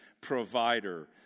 provider